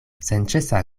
senĉesa